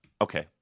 okay